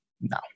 No